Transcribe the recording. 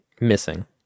missing